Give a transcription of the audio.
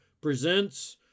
presents